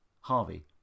Harvey